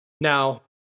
Now